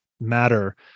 matter